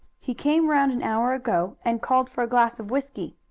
he came round an hour ago, and called for a glass of whisky.